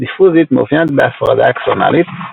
דיפוזית מאופיינת בהפרדה אקסונלית,